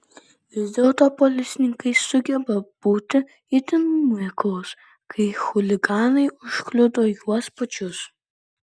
vis dėlto policininkai sugeba būti itin miklūs kai chuliganai užkliudo juos pačius